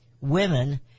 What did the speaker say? women